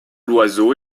loiseau